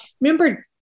remember